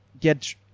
get